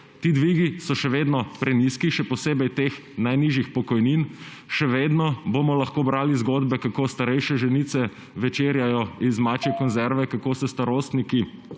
Ti dvigi so še vedno prenizki, še posebej dvigi teh najnižjih pokojnin. Še vedno bomo lahko brali zgodbe, kako starejše ženice večerjajo iz mačje konzerve, kako se starostniki